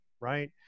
right